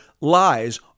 lies